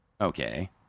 Okay